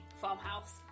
farmhouse